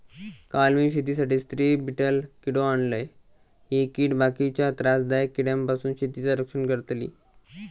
काल मी शेतीसाठी स्त्री बीटल किडो आणलय, ही कीड बाकीच्या त्रासदायक किड्यांपासून शेतीचा रक्षण करतली